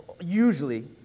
usually